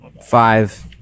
Five